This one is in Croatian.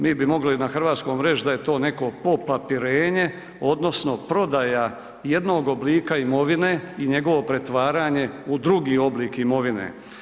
Mi bi mogli na hrvatskom reć da je to neko popapirenje odnosno prodaja jednog oblika imovine i njegovo pretvaranje u drugi oblik imovine.